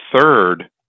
third